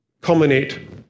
culminate